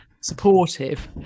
supportive